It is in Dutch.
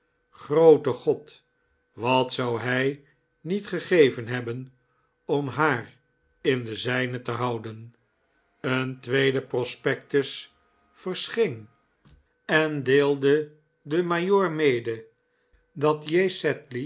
groote god wat zou hij niet gegeven hebben om haar in de zijne te houden een tweede prospectus verscheen en deelde den majoor rnede dat